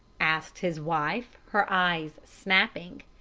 asked his wife, her eyes snapping.